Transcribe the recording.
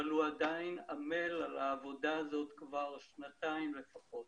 אבל הוא עדיין עמל על העבודה הזאת כבר שנתיים לפחות.